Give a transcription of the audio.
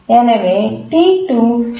எனவே T2 schedulable ஆகிறது